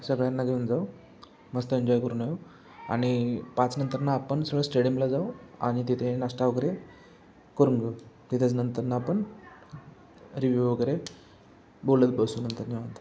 सगळ्यांना घेऊन जाऊ मस्त एन्जॉय करून घेऊ आणि पाचनंतर ना आपण सगळं स्टेडियमला जाऊ आणि तिथे नाश्ता वगैरे करून घेऊ तिथेच नंतर ना आपण रिव्यू वगैरे बोलत बसू नंतर निवांत